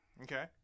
Okay